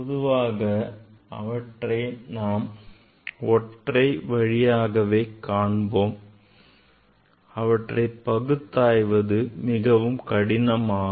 பொதுவாக அவற்றை நாம் ஒற்றை வரியாகவே காண்போம் அவற்றை பகுத்தாய்வது மிகவும் கடினமாகும்